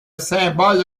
symbole